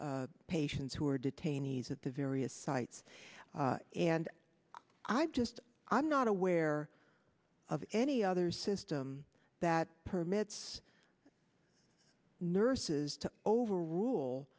patients who are detainees at the various sites and i've just i'm not aware of any other system that permits nurses to overrule